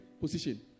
position